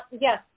yes